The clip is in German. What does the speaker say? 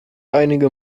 einige